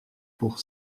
pour